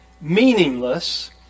meaningless